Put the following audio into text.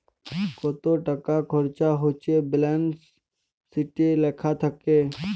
কত টাকা খরচা হচ্যে ব্যালান্স শিটে লেখা থাক্যে